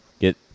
Get